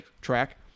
track